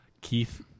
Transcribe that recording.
Keith